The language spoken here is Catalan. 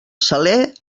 saler